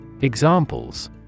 Examples